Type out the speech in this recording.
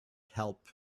help